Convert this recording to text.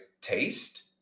taste